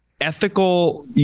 ethical